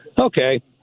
Okay